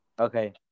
Okay